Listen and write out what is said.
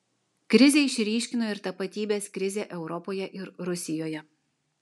krizė išryškino ir tapatybės krizę europoje ir rusijoje